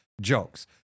jokes